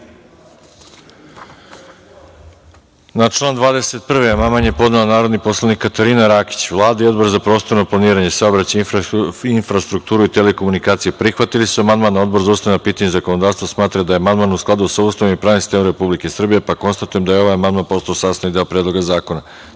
Na član 21. amandman je podnela narodni poslanik Katarina Rakić. Vlada i Odbor za prostorno planiranje, saobraćaj, infrastrukturu i telekomunikacije prihvatili su amandman, a Odbor za ustavna pitanja i zakonodavstvo smatra da je amandman u skladu sa Ustavom i pravnim sistemom Republike Srbije. Konstatujem da je ovaj amandman postao sastavni deo Predloga zakona. Da